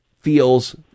feels